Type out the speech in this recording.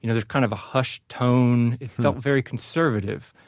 you know there's kind of a hushed tone, it felt very conservative.